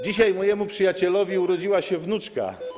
Dzisiaj mojemu przyjacielowi urodziła się wnuczka.